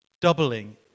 doubling